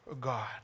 God